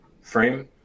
frame